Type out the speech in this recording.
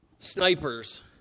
Snipers